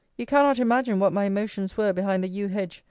you cannot imagine what my emotions were behind the yew-hedge,